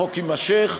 החוק יימשך,